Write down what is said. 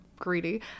greedy